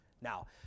Now